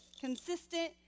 consistent